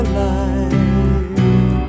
life